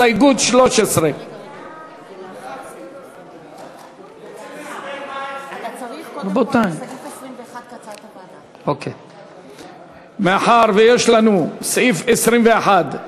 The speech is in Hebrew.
הסתייגות 13. מאחר שיש לנו סעיף 21,